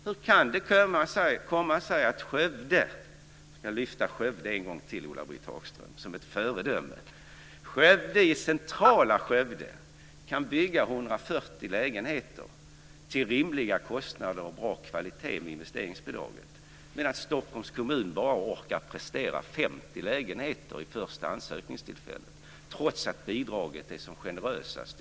Hur kan det komma sig att man i centrala Skövde - jag vill än en gång lyfta fram Skövde som ett föredöme, Ulla Britt Hagström - kan bygga 140 lägenheter till rimliga kostnader och bra kvalitet med hjälp av investeringsbidraget, medan Stockholms kommun bara orkar prestera 50 lägenheter vid det första ansökningstillfället, detta trots att bidraget är som generösast i